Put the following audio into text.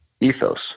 ethos